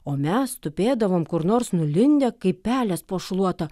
o mes tupėdavom kur nors nulindę kaip pelės po šluota